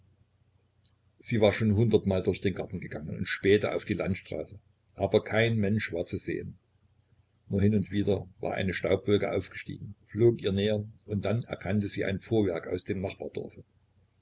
sie war schon hundertmal durch den garten gegangen und spähte auf die landstraße aber kein mensch war zu sehen nur hin und wieder war eine staubwolke aufgestiegen flog ihr näher und dann erkannte sie ein fuhrwerk aus dem nachbardorfe